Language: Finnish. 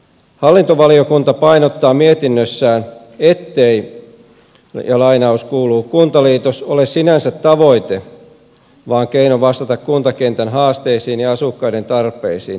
hallintovaliokunta painottaa mietinnössään ettei kuntaliitos ole sinänsä tavoite vaan keino vastata kuntakentän haasteisiin ja asukkaiden tarpeisiin